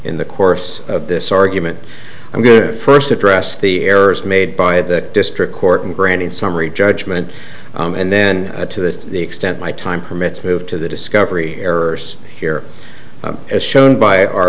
in the course of this argument and good first address the errors made by the district court and granted summary judgment and then to the extent my time permits move to the discovery errors here as shown by our